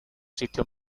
sitio